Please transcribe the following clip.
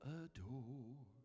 adore